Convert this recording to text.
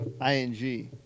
I-N-G